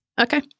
Okay